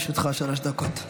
בבקשה, לרשותך שלוש דקות.